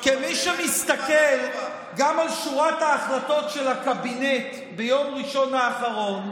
כי מי שמסתכל גם על שורת ההחלטות של הקבינט ביום ראשון האחרון,